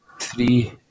three